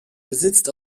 besitzt